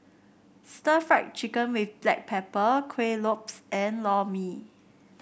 Stir Fried Chicken with Black Pepper Kuih Lopes and Lor Mee